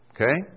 Okay